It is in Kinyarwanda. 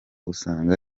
usanga